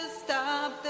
stop